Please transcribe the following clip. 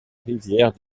rivière